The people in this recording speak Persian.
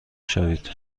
شوید